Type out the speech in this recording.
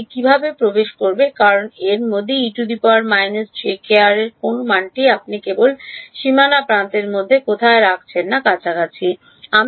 এটি কীভাবে প্রবেশ করবে কারণ এর এর কোন মানটি আপনি কেবল সীমানা প্রান্তের মধ্যে কোথাও কাছাকাছি রাখছেন না